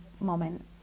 moment